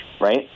right